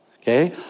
Okay